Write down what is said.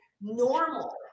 normal